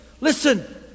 Listen